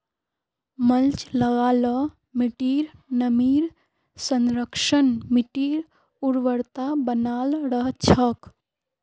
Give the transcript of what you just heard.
mulch लगा ल मिट्टीर नमीर संरक्षण, मिट्टीर उर्वरता बनाल रह छेक